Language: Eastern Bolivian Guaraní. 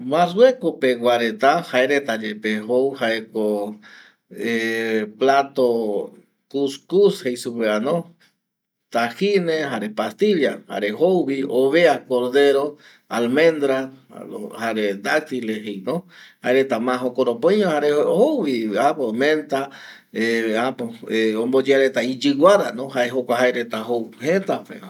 Marrueko pegua reta jaereta yepe jou jaeko plato kuskus jei supevano tajime jare pastilla jare jouvi ovea cordero, almendra jare datile jeino jareta ma jokoropi öino jaereta ma jokoropi öi jare jouvi menta äpo omboyea reta iyɨguarano jae jokua jaereta jou jëtapeva